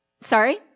sorry